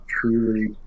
truly